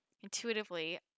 intuitively